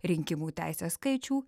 rinkimų teisę skaičių